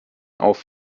auf